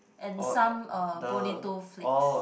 and some uh bonito flakes